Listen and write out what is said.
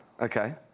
Okay